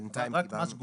רק לגבי מס גבולות,